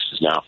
now